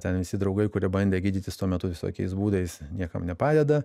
ten visi draugai kurie bandė gydytis tuo metu visokiais būdais niekam nepadeda